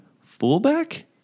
fullback